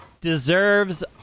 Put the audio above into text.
deserves